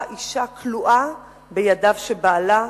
שבה אשה כלואה בידיו של בעלה,